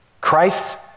Christ